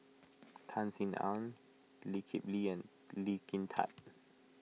Tan Sin Aun Lee Kip Lee and Lee Kin Tat